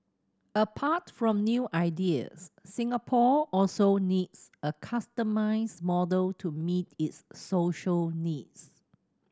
apart from new ideas Singapore also needs a customised model to meet its social needs